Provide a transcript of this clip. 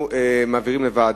לדון בוועדה.